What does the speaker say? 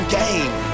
game